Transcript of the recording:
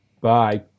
Bye